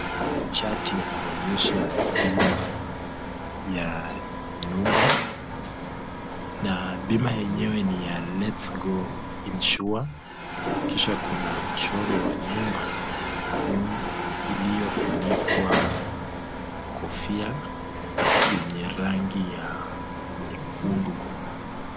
Chati ya kuonyesha bima ya nyumba, na bima yenyewe ni ya LetsGo insure, kisha kuna mchoro wa nyumba, iliyofunikwa kofia yenye rangi ya nyekundu.